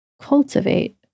cultivate